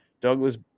Douglas